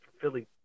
Philly –